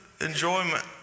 enjoyment